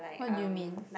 why do you mean